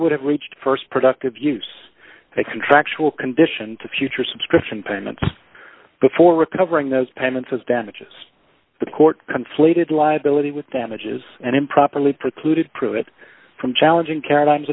would have reached st productive use of a contractual condition to future subscription payments before recovering those payments as damages the court conflated liability with them edges and improperly precluded pruitt from challenging caroline's